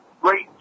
great